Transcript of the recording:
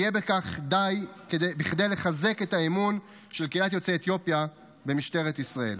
יהיה בכך בכדי לחזק את האמון של קהילת יוצאי אתיופיה במשטרת ישראל.